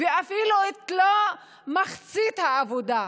ואפילו לא את מחצית העבודה,